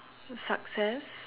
success